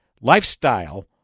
lifestyle